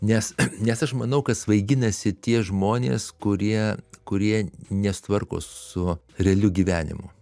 nes nes aš manau kad svaiginasi tie žmonės kurie kurie nesutvarko su realiu gyvenimu